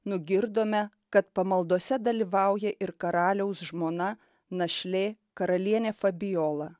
nugirdome kad pamaldose dalyvauja ir karaliaus žmona našlė karalienė fabijola